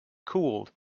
cooled